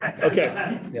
Okay